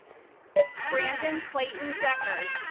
brandon clayton decker.